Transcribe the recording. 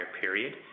period